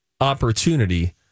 opportunity